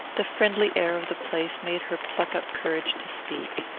the friendly air of the place made her pluck up courage to speak.